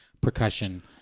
Percussion